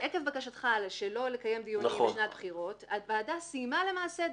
עקב בקשתך שלא לקיים דיונים בשנת בחירות הוועדה סיימה למעשה את